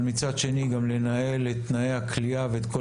אבל מצד שני גם לנהל את תנאי הכליאה ואת כל